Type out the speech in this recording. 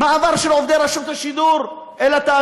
מעבר של עובדי רשות השידור לתאגיד?